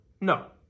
No